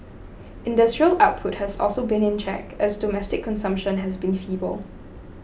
industrial output has also been in check as domestic consumption has been feeble